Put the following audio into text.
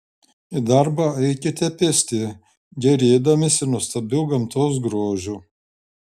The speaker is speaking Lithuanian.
į darbą eikite pėsti gėrėdamiesi nuostabiu gamtos grožiu